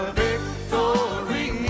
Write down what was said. victory